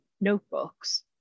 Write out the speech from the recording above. notebooks